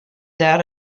that